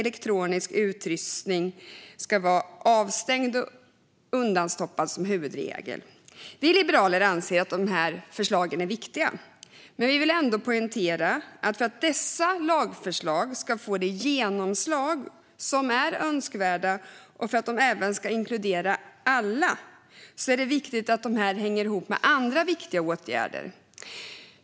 Elektronisk utrustning ska som huvudregel vara avstängd och undanstoppad. Vi liberaler anser att förslagen är viktiga. Men vi vill ändå poängtera att för att dessa lagförslag ska få det genomslag som är önskvärt och för att de ska inkludera alla är det viktigt att de hänger ihop med andra viktiga åtgärder.